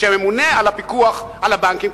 הממונה על הפיקוח על הבנקים,